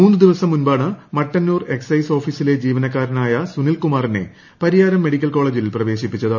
മൂന്ന് ദിവസം മുമ്പാണ് മട്ടന്നൂർ എക്സൈസ് ഓഫീസിലെ ജീവനക്കാരനായ സുനിൽ കുമാറിനെ പരിയാരം മെഡിക്കൽ കോളേജിൽ പ്രവേശിപ്പിച്ചത്